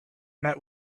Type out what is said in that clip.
met